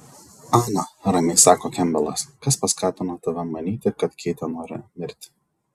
ana ramiai sako kempbelas kas paskatino tave manyti kad keitė nori mirti